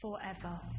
forever